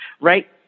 right